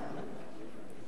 כן.